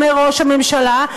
אומר ראש הממשלה,